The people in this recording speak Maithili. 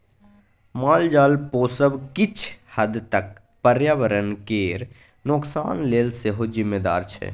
मालजाल पोसब किछ हद तक पर्यावरण केर नोकसान लेल सेहो जिम्मेदार छै